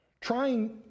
Trying